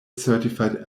certified